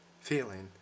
feeling